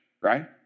right